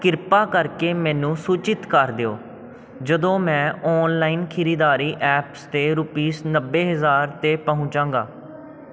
ਕਿਰਪਾ ਕਰਕੇ ਮੈਨੂੰ ਸੂਚਿਤ ਕਰ ਦਿਉ ਜਦੋਂ ਮੈਂ ਔਨਲਾਇਨ ਖਰੀਦਦਾਰੀ ਐਪਸ 'ਤੇ ਰੁਪੀਸ ਨੱਬੇ ਹਜ਼ਾਰ 'ਤੇ ਪਹੁੰਚਾਂਗਾ